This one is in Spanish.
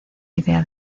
idea